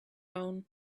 own